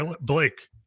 Blake